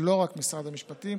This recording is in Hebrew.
לא רק במשרד המשפטים,